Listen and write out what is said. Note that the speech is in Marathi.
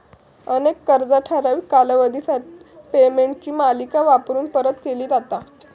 अनेक कर्जा ठराविक कालावधीत पेमेंटची मालिका वापरून परत केली जातत